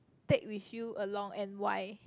take with you along and why